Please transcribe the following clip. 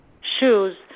shoes